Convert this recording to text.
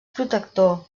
protector